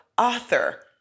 author